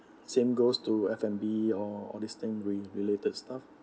same goes to f and b or all these things related stuff